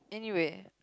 anyway